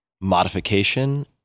modification